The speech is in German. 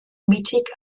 mittig